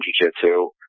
Jiu-Jitsu